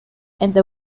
and